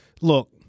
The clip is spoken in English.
Look